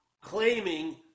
claiming